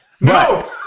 No